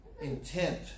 intent